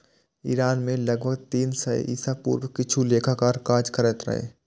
Iran मे लगभग तीन सय ईसा पूर्व किछु लेखाकार काज करैत रहै